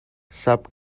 sap